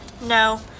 No